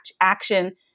action